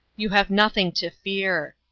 you have nothing to fear.